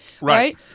right